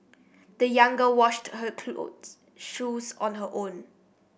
the young girl washed her shoes on her own